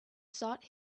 sought